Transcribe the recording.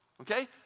Okay